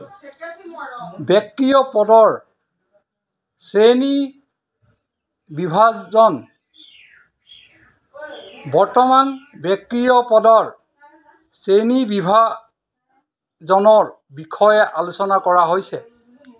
ব্ৰেকিঅ'পডৰ শ্ৰেণীবিভাজন বৰ্তমান ব্ৰেকিঅ'পডৰ শ্ৰেণীবিভাজনৰ বিষয়ে আলোচনা কৰা হৈছে